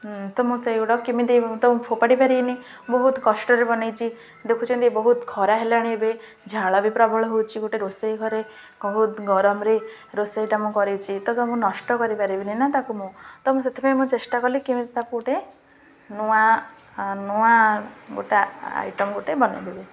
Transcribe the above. ତ ମୁଁ ସେଇଗୁଡ଼ାକ କେମିତି ତ ମୁଁ ଫୋପାଡ଼ି ପାରିବିନି ମୁଁ ବହୁତ କଷ୍ଟରେ ବନାଇଛି ଦେଖୁଛନ୍ତି ବହୁତ ଖରା ହେଲାଣି ଏବେ ଝାଳ ବି ପ୍ରବଳ ହେଉଛି ଗୋଟେ ରୋଷେଇ ଘରେ ବହୁତ ଗରମରେ ରୋଷେଇଟା ମୁଁ କରିଛି ତ ମୁଁ ନଷ୍ଟ କରିପାରିବିନି ନା ତାକୁ ମୁଁ ତ ମୁଁ ସେଥିପାଇଁ ମୁଁ ଚେଷ୍ଟା କଲି କେମିତି ତାକୁ ଗୋଟେ ନୂଆ ନୂଆ ଗୋଟେ ଆଇଟମ୍ ଗୋଟେ ବନାଇ ଦେବି